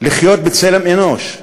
לחיות בצלם אנוש.